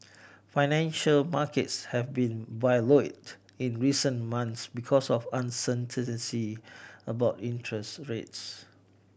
financial markets have been volatile in recent months because of uncertainty about interest rates